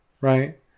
Right